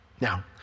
Now